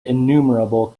innumerable